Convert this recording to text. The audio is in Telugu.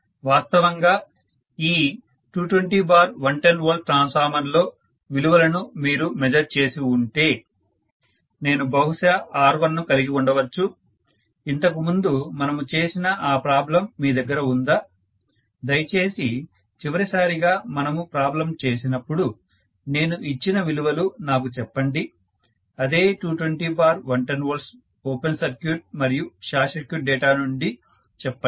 వాస్తవంగా ఈ 220110V ట్రాన్స్ఫార్మర్ లో విలువలను మీరు మేజర్ చేసి ఉంటే నేను బహుశా R1 ను కలిగి ఉండవచ్చు ఇంతకు ముందు మనము చేసిన ఆ ప్రాబ్లం మీ దగ్గర ఉందా దయచేసి చివరిసారిగా మనము ప్రాబ్లం చేసినప్పుడు నేను ఇచ్చిన విలువలు నాకు చెప్పండి అదే 220110V ఓపెన్ సర్క్యూట్ మరియు షార్ట్ సర్క్యూట్ డేటా నుంచి చెప్పండి